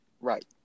Right